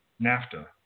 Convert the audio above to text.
NAFTA